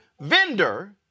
vendor